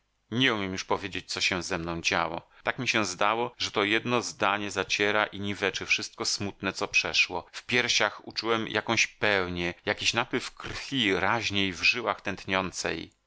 nie umiem już powiedzieć co się ze mną działo tak mi się zdało że to jedno zdanie zaciera i niweczy wszystko smutne co przeszło w piersiach uczułem jakąś pełnię jakiś napływ krwi raźniej w żyłach tętniącej